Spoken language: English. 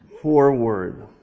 forward